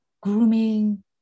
grooming